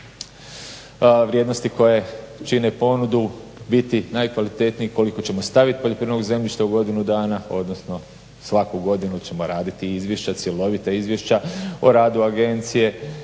vrijednosti koje čine ponudu biti najkvalitetniji i koliko ćemo staviti poljoprivrednog zemljišta u godinu dana, odnosno svaku godinu ćemo raditi izvješća, cjelovita izvješća o radu agencije